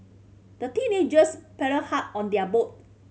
the teenagers paddled hard on their boat